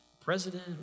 president